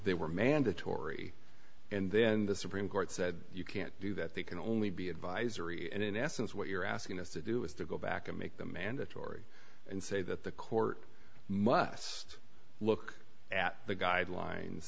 they were mandatory and then the supreme court said you can't do that they can only be advisory and in essence what you're asking us to do is to go back and make them mandatory and say that the court must look at the guidelines